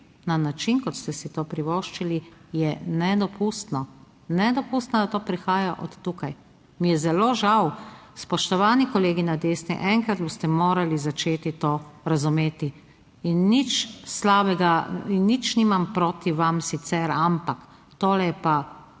na način kot ste si to privoščili, je nedopustno, nedopustno da to prihaja od tukaj. Mi je zelo žal. Spoštovani kolegi na desni, enkrat boste morali začeti to razumeti in nič slabega in nič nimam proti vam sicer, ampak, tole je pa,